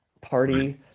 party